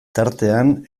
tartean